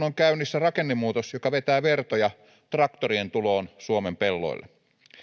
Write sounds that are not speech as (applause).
(unintelligible) on käynnissä rakennemuutos joka vetää vertoja traktorien tuloon suomen pelloille